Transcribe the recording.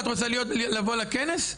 את רוצה לבוא לכנס?